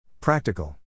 Practical